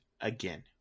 again